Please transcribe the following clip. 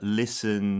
listen